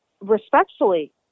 respectfully